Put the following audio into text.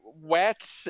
wet